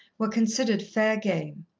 were considered fair game.